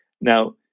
Now